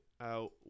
out